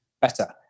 better